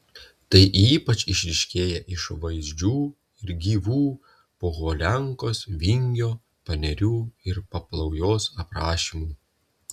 tai ypač išryškėja iš vaizdžių ir gyvų pohuliankos vingio panerių ir paplaujos aprašymų